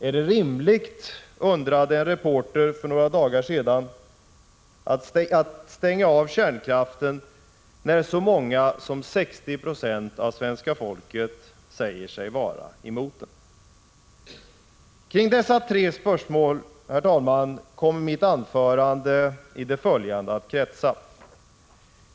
Är det inte rimligt, undrade en reporter för några dagar sedan, att stänga av kärnkraften när så många som 60 96 av svenska folket säger sig vara emot den? Kring dessa tre spörsmål, herr talman, kommer mitt anförande i det följande att kretsa.